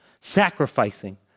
sacrificing